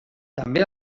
també